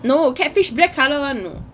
no catfish black colour [one]